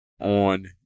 on